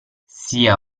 sia